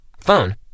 phone